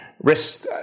risk